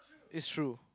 is true